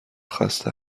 خسته